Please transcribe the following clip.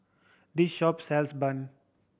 this shop sells bun